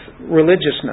religiousness